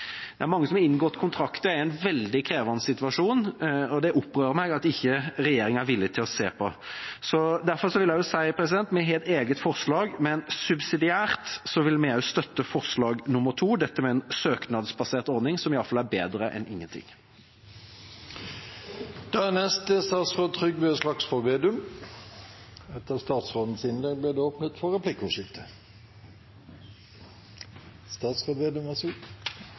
Det er mange som har inngått kontrakt. Det er en veldig krevende situasjon, og det opprører meg at ikke regjeringen er villig til å se på. Derfor vil jeg si: Vi har et eget forslag, men subsidiært vil vi støtte forslag nr. 2, dette med en søknadsbasert ordning, som iallfall er bedre enn ingenting. Tidlig i mars så vi at spotprisene var på vei ned igjen. Mange av oss som var opptatt av å se om det kunne bli mer normalisering, så